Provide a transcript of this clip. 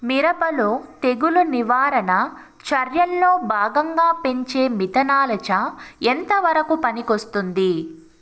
మిరప లో తెగులు నివారణ చర్యల్లో భాగంగా పెంచే మిథలానచ ఎంతవరకు పనికొస్తుంది?